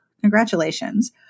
Congratulations